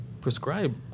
prescribe